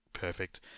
perfect